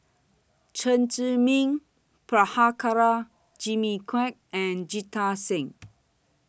Chen Zhiming Prabhakara Jimmy Quek and Jita Singh